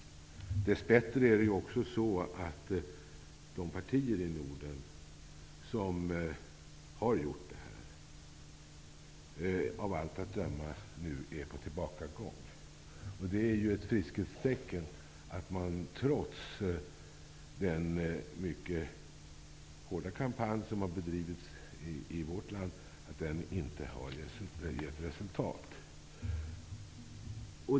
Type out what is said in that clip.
Dess bättre är de partier i Norden som har gjort sig skyldiga till sådant nu av allt att döma på tillbakagång. Det är ett friskhetstecken att den invandrarfientliga kampanjen, trots att den bedrivits mycket hårt i vårt land, inte har gett resultat.